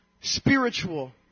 spiritual